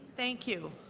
thank you.